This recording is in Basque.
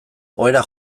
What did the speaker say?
ohera